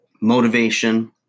motivation